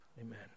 Amen